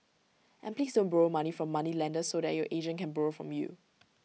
and please don't borrow money from moneylenders so that your agent can borrow from you